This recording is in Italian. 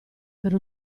per